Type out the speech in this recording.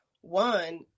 one